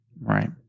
Right